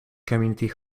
community